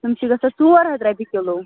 تِم چھِ گژھان ژور ہَتھ رۄپیہِ کلوٗ